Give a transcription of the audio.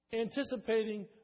anticipating